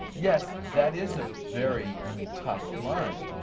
yes, that is a very tough line.